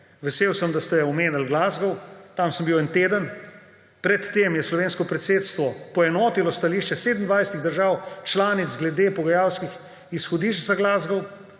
Vesel sem, da ste omenili Glasgow. Tam sem bil en teden. Pred tem je slovensko predsedstvo poenotilo stališče 27 držav članic glede pogajalskih izhodišč za Glasgow.